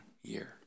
year